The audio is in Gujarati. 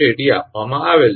80 આપવામાં આવેલ છે